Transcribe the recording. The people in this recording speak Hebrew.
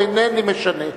אינני משנה.